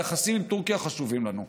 יחסים עם טורקיה חשובים לנו.